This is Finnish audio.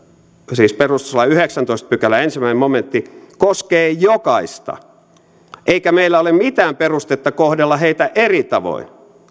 siis perustuslain yhdeksännentoista pykälän ensimmäinen momentti koskee jokaista eikä meillä ole mitään perustetta kohdella heitä eri tavoin